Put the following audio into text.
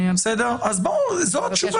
אז בואו, זו התשובה.